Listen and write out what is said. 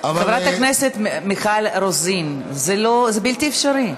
חברת הכנסת מיכל רוזין, זה בלתי אפשרי.